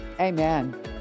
Amen